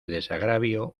desagravio